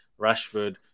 Rashford